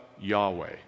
Yahweh